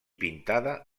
pintada